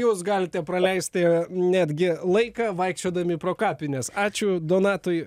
jūs galite praleisti netgi laiką vaikščiodami pro kapines ačiū donatui